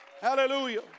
Hallelujah